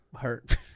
hurt